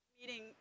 meeting